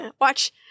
watch